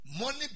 money